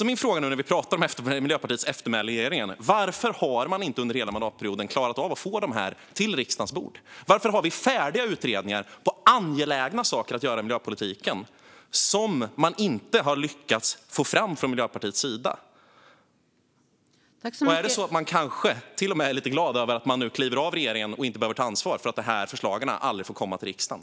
Min fråga när vi pratar om Miljöpartiets eftermäle i regeringen är därför: Varför har man inte klarat av att få dessa utredningar till riksdagens bord under hela mandatperioden? Varför har vi färdiga utredningar om angelägna saker att göra i miljöpolitiken som man inte har lyckats få fram från Miljöpartiets sida? Är man kanske till och med lite glad att man nu kliver av regeringen och inte behöver ta ansvar för att förslagen aldrig får komma till riksdagen?